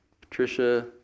Patricia